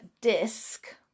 disc